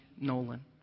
Nolan